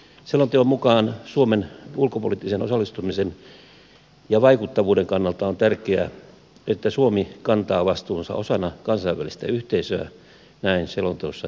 selonteon mukaan suomen ulkopoliittisen osallistumisen ja vaikuttavuuden kannalta on tärkeää että suomi kantaa vastuunsa osana kansainvälistä yhteisöä näin selonteossa todetaan